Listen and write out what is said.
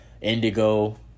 Indigo